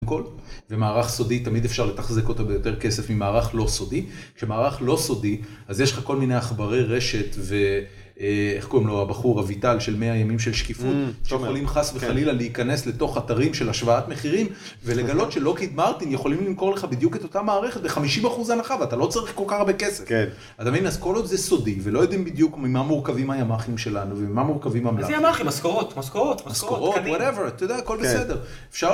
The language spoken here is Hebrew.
ומערך סודי תמיד אפשר לתחזק אותו ביותר כסף ממערך לא סודי. שמערך לא סודי, אז יש לך כל מיני עכברי רשת ואיך קוראים לו הבחור אביטל של 100 ימים של שקיפות, שיכולים חס וחלילה להיכנס לתוך אתרים של השוואת מחירים ולגלות שלוקהיד מרטין יכולים למכור לך בדיוק את אותה מערכת ב-50% הנחה ואתה לא צריך כל כך הרבה כסף. אתה מבין, אז כל עוד זה סודי ולא יודעים בדיוק ממה מורכבים הימ"חים שלנו וממה מורכבים אמל"חים. איזה ימ"חים, משכורות, משכורות. משכורות, whatever, אתה יודע, הכל בסדר.